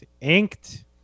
inked